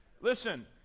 Listen